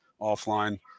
offline